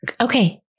Okay